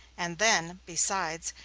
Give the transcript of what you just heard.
and then, besides,